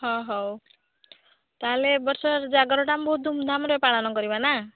ହଁ ହଉ ତାହେଲେ ଏ ବର୍ଷ ଜାଗର ଟା ଆମେ ବହୁତ ଧୁମ ଧାମ ରେ ପାଳନ କରିବା ନା